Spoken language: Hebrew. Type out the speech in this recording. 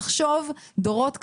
לחשוב דורות קדימה,